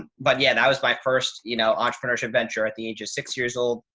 and but yeah, that was my first, you know, entrepreneurship venture at the age of six years old.